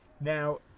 now